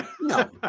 No